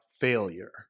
failure